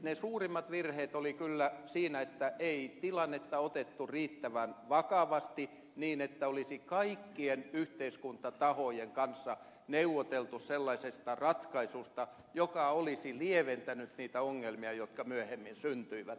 ne suurimmat virheet olivat kyllä siinä että ei tilannetta otettu riittävän vakavasti niin että olisi kaikkien yhteiskuntatahojen kanssa neuvoteltu sellaisesta ratkaisusta joka olisi lieventänyt niitä ongelmia jotka myöhemmin syntyivät